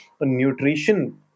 nutrition